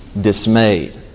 dismayed